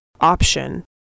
option